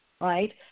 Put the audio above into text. right